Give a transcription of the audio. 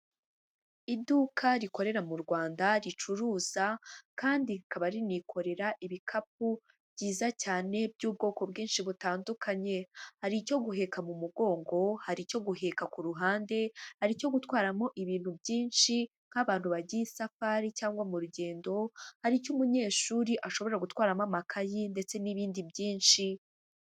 Iduka rikorera mu Rwanda ricuruza kandi rikaba rinikorera ibikapu byiza cyane by'ubwoko bwinshi butandukanye. Hari icyo guheka mu mugongo, hari icyo guheka ku ruhande, hari icyo gutwaramo ibintu byinshi nk'abantu bagiye isafari cyangwa mu rugendo, hari icyo umunyeshuri ashobora gutwaramo amakayi ndetse n'ibindi byinshi.